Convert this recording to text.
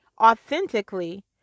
authentically